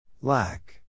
Lack